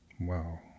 wow